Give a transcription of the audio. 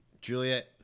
Juliet